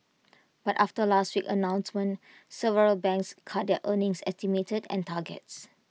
but after last week's announcement several banks cut earnings estimates and targets